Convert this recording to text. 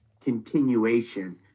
continuation